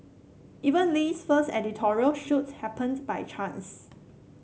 even Lee's first editorial shoot happened by chance